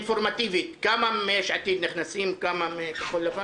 אינפורמטיבית: לפי החוק הזה כמה מיש עתיד נכנסים וכמה מכחול לבן?